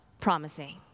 promising